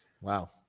Wow